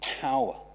power